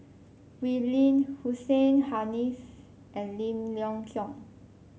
Wee Lin Hussein Haniff and Lim Leong Geok